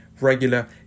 regular